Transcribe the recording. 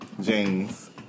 jeans